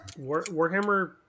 Warhammer